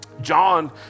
John